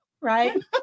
right